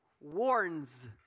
warns